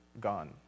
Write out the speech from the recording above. gone